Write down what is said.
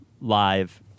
live